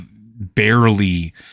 barely